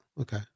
Okay